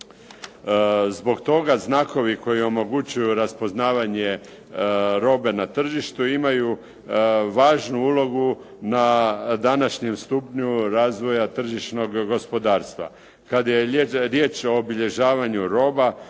Zbog toga znakovi koji omogućuju raspoznavanje robe na tržištu imaju važnu ulogu na današnjem stupnju razvoja tržišnog gospodarstva.